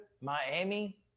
Miami